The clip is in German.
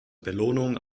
belohnung